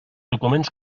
documents